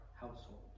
household